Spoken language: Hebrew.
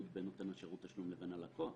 בין נותן שירות התשלום לבין הלקוח.